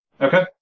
Okay